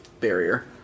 barrier